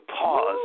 pause